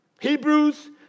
Hebrews